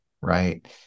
Right